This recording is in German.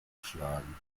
geschlagen